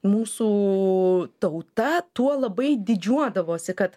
mūsų tauta tuo labai didžiuodavosi kad